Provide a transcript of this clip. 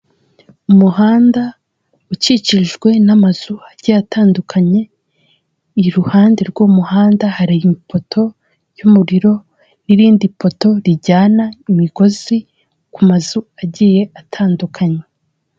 Umuhanda ukikijwe n'amazu agiye atandukanye, iruhande rw'umuhanda hari ipoto ry'umuriro n'irindi poto rijyana imigozi ku mazu agiye atandukanye.